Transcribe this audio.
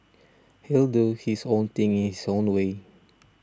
he'll do his own thing in his own way